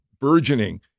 burgeoning